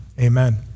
amen